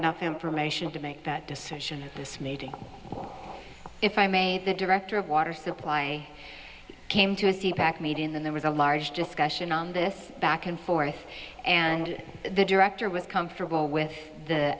enough information to make that decision in this meeting if i may the director of water supply came to us deepak made in there was a large discussion on this back and forth and the director was comfortable with the